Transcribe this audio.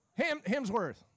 Hemsworth